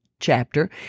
chapter